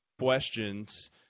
questions